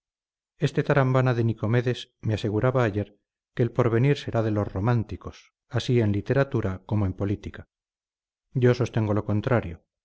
este tarambana de nicomedes me aseguraba ayer que el porvenir será de los románticos así en literatura como en política yo sostengo lo contrario